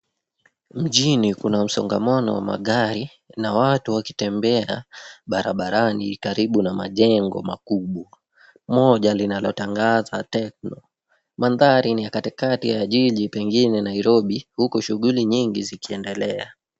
Mjini kuna msongamano wa magari na watu wakitembea barabarani karibu na majengo makubwa; moja linalotangaza Tecno. Mandhari ni ya katikati ya jiji pengine Nairobi, huku shughuli nyingi zikiendelea.